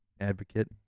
advocate